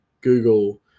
Google